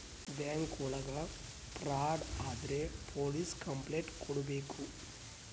bank ಒಳಗ fraud ಆದ್ರೆ police complaint ಕೊಡ್ಬೇಕು